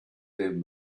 them